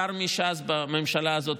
שר מש"ס בממשלה הזאת,